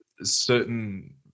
certain